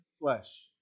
flesh